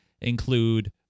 include